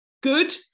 good